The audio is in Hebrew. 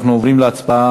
אנחנו עוברים להצבעה